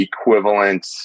equivalent